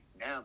Now